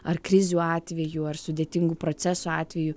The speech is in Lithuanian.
ar krizių atveju ar sudėtingų procesų atveju